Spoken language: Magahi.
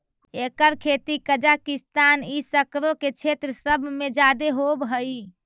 एकर खेती कजाकिस्तान ई सकरो के क्षेत्र सब में जादे होब हई